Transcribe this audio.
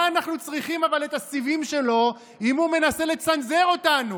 אבל מה אנחנו צריכים את הסיבים שלו אם הוא מנסה לצנזר אותנו?